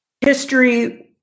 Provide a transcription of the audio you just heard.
History